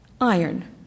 Iron